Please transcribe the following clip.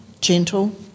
gentle